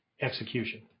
execution